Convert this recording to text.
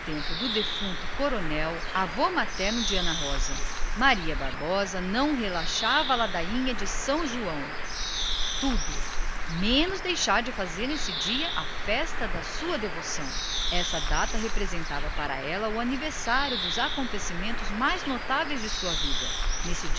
tempo do defunto coronel avô materno de ana rosa a velha não relaxava a ladainha de são joão tudo menos deixar de fazer nesse dia a sua festa costumeira aquela data representava para ela o aniversário dos acontecimentos mais notáveis da sua vida nesse